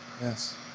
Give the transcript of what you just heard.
Yes